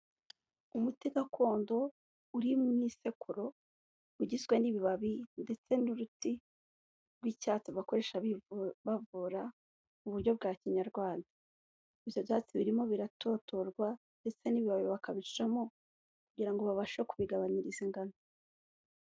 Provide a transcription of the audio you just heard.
Umuti gakondo uri mu isekuru, ugizwe n'ibibabi ndetse n'uruti n'ibyatsi bakoresha bibavura mu buryo bwa Kinyarwanda, ibyo byatsi birimo biratotorwa ndetse n'ibibabi bakabishyiramo kugira ngo babashe kubigabanyiriza ingano.